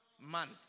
month